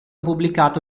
pubblicato